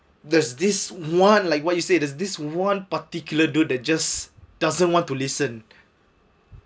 there's this one like what you said is this one particular dude they just doesn't want to listen